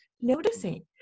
noticing